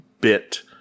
bit